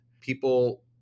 People